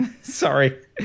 Sorry